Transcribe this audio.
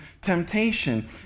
temptation